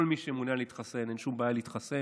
כל מי שמעוניין להתחסן, אין שום בעיה להתחסן.